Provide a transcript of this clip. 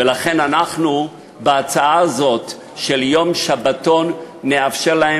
ולכן אנחנו, בהצעה הזאת של יום שבתון, נאפשר להם